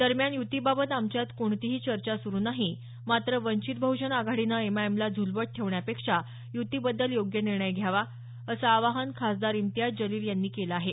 दरम्यान य्तीबाबत आमच्यात कोणतीही चर्चा सुरू नाही मात्र वंचित बह्जन आघाडीनं एमआयएमला झुलवत ठेवण्यापेक्षा युतीबद्दल योग्य निर्णय घ्यावा अस आवाहन खासदार इम्तियाज जलील यांनी केलं आहे